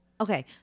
okay